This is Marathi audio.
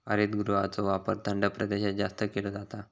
हरितगृहाचो वापर थंड प्रदेशात जास्त केलो जाता